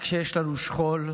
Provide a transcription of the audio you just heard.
רק כשיש לנו שכול?